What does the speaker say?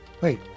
Wait